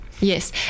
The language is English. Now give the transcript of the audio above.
yes